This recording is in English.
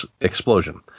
explosion